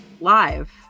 live